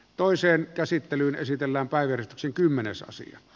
toiseen käsittelyyn esitellään päiväretki kymmenesosia